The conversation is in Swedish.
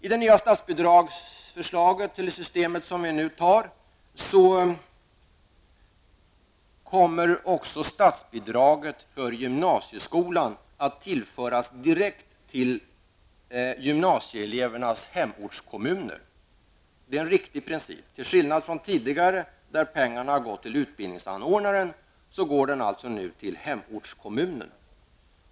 I det nya statsbidragssystem som vi nu skall anta kommer också statsbidraget till gymnasieskolan att direkt tillföras gymnasieelevernas hemortskommun. Det är en riktig princip. Till skillnad från tidigare, då pengarna gick till utbildningsanordnaren, går nu pengarna till hemortskommunen.